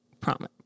Promise